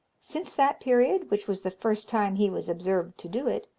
since that period, which was the first time he was observed to do it,